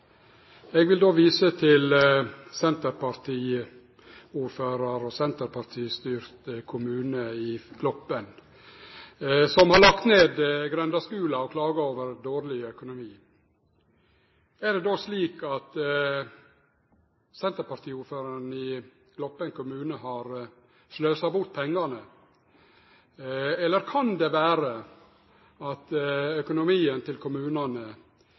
Eg vil då vise til senterpartiordføraren i den senterpartistyrte kommunen Gloppen, som har lagt ned grendeskulen og klagar over dårleg økonomi. Er det slik at senterpartiordføraren i Gloppen kommune har sløst bort pengane, eller kan det vere at økonomien til kommunane